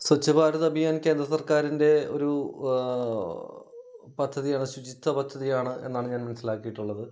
സ്വച്ഛഭാരത് അഭിയാൻ കേന്ദ്ര സർക്കാരിൻ്റെ ഒരു പദ്ധതിയാണ് ശുചിത്വ പദ്ധതിയാണ് എന്നാണ് ഞാൻ മനസ്സിലാക്കിയിട്ടുള്ളത്